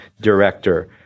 director